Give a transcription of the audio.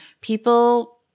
people